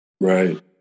Right